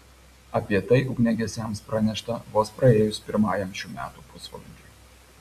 apie tai ugniagesiams pranešta vos praėjus pirmajam šių metų pusvalandžiui